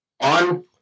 on